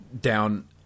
down